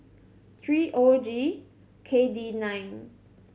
three O G K D nine